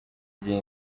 gihe